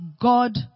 God